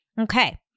Okay